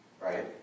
Right